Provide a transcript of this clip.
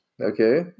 Okay